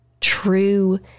true